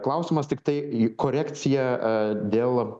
klausimas tiktai į korekciją dėl